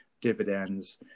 dividends